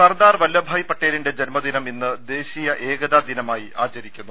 സർദാർ വല്ലഭായ് പട്ടേലിന്റെ ജന്മദിനം ഇന്ന് ദേശീയ ഏകതാദിന മായി ആചരിക്കുന്നു